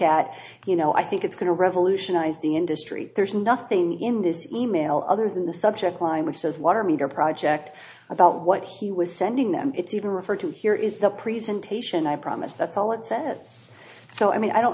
at you know i think it's going to revolutionize the industry there's nothing in this e mail other than the subject line which says water meter project about what he was sending them it's even referred to here is the presentation i promise that's all it sets so i mean i don't